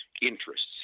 interests